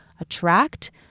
attract